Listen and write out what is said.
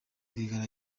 rwigara